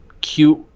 cute